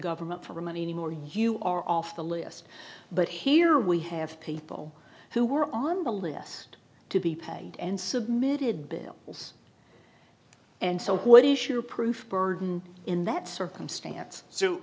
government for money anymore you are off the list but here we have people who were on the list to be paid and submitted and so what is your proof burden in that circumstance so